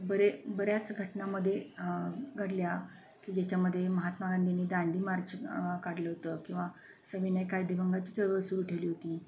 बरे बऱ्याच घटना मध्ये घडल्या की ज्याच्यामध्ये महात्मा गांधीनी दांडी मार्च काढलं होतं किंवा सविनय कायदेभंगाची चळवळ सूरू ठेवली होती